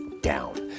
down